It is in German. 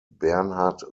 bernhard